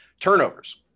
turnovers